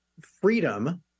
Freedom